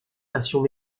passions